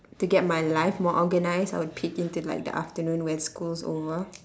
to get my life more organized I would peek into like the afternoon when school's over